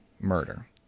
murder